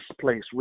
place